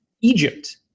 Egypt